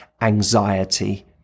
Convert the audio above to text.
anxiety